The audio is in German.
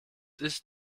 ist